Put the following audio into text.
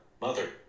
Mother